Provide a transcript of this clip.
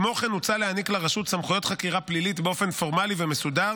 כמו כן הוצע להעניק לרשות סמכויות חקירה פלילית באופן פורמלי ומסודר.